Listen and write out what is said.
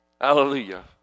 Hallelujah